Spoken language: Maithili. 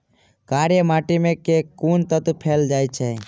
कार्य माटि मे केँ कुन तत्व पैल जाय छै?